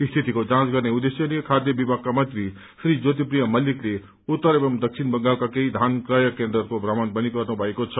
रियतिको जाँच गर्ने उद्देश्यले खाय विमागका मन्त्री श्री ज्योतिप्रिय मल्लिकले उत्तर एवं दक्षिण बंगालका केही थान क्रय केन्द्रहरूको थ्रमण पनि गर्नुभएको छ